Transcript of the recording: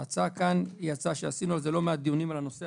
ההצעה כאן היא הצעה שעשינו עליה לא מעט דיונים,